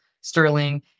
Sterling